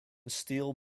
steel